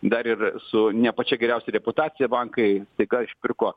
dar ir su ne pačia geriausia reputacija bankai tik ką išpirko